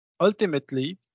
ultimately